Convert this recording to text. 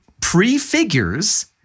prefigures